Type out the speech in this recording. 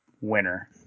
winner